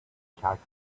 calculated